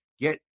get